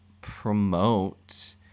promote